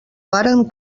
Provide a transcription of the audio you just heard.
varen